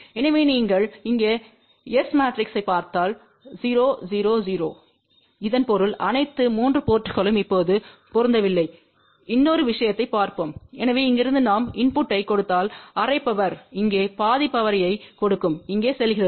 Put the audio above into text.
எனவே நீங்கள் இங்கே S மேட்ரிக்ஸைப் பார்த்தால் 0 0 0 இதன் பொருள் அனைத்து 3 போர்ட்களும் இப்போது பொருந்தவில்லை இன்னொரு விஷயத்தைப் பார்ப்போம் எனவே இங்கிருந்து நான் இன்புட்டைக் கொடுத்தால் அரை பவர் இங்கே பாதி பவர்யைக் கொடுக்கும் இங்கே செல்கிறது